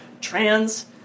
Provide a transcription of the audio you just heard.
trans